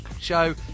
show